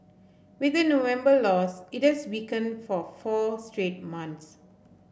with the November loss it has weakened for four straight months